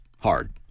hard